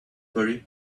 worry